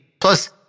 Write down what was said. Plus